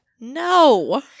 No